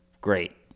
great